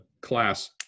class